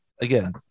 again